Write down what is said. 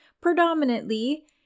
predominantly